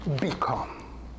become